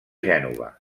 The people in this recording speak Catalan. gènova